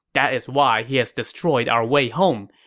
that is why he has destroyed our way home.